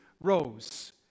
rose